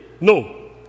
No